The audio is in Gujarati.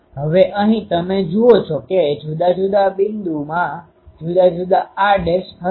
હવે અહીં તમે જુઓ છો કે જુદા જુદા બિંદુમાં જુદા જુદા r' હશે